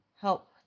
help